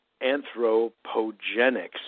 anthropogenic